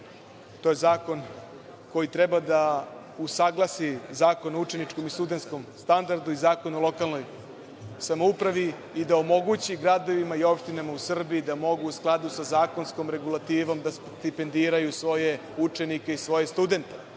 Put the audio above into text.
To je zakon koji treba da usaglasi Zakon o učeničkom i studentskom standardu i Zakon o lokalnoj samoupravi i da omogući gradovima i opštinama u Srbiji da mogu u skladu sa zakonskom regulativom da stipendiraju svoje učenike i svoje studente. Radi